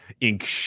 ink